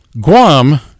Guam